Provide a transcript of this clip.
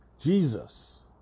Jesus